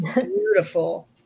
beautiful